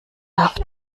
darf